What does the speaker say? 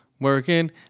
Working